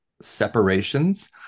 separations